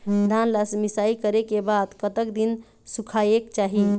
धान ला मिसाई करे के बाद कतक दिन सुखायेक चाही?